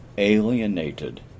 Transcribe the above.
alienated